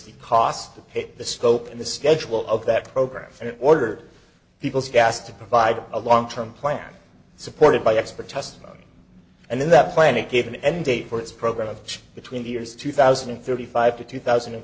the cost of the scope busy and the schedule of that program and ordered people's gas to provide a long term plan supported by expert testimony and in that plan it gave an end date for its program between the years two thousand and thirty five to two thousand and